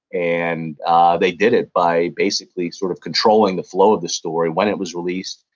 and they did it by basically sort of controlling the flow of the story, when it was released,